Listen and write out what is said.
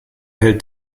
hält